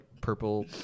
purple